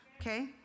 Okay